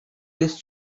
jest